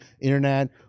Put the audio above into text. internet